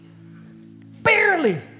Barely